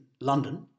London